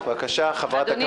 אדוני